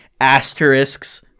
asterisks